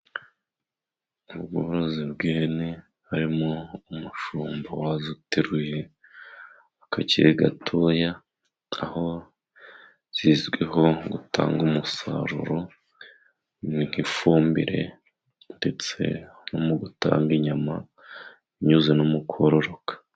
Mu bworozi bw'ihene harimo umushumba wazo uteruye akakiri gatoya aho zizwiho gutanga umusaruro n'ifumbire ndetse no mu gutanga inyama binyuze no mu kororoka.